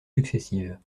successives